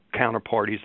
counterparties